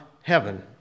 heaven